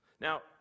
Now